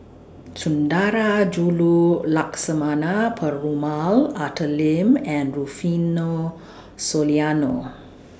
Sundarajulu Lakshmana Perumal Arthur Lim and Rufino Soliano